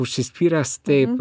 užsispyręs taip